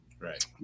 Right